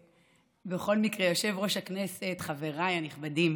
יושב-ראש הישיבה, חבריי הנכבדים,